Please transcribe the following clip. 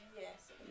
yes